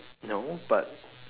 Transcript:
no but